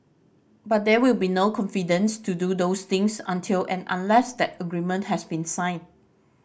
but there will be no confidence to do those things until and unless that agreement has been signed